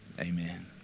amen